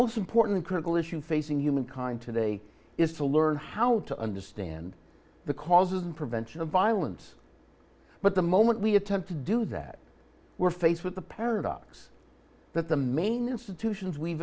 most important critical issue facing humankind today is to learn how to understand the causes and prevention of violence but the moment we attempt to do that we're faced with the paradox that the main institutions we've